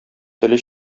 теле